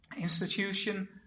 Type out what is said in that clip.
institution